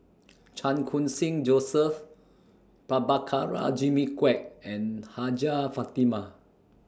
Chan Khun Sing Joseph Prabhakara Jimmy Quek and Hajjah Fatimah